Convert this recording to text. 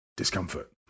discomfort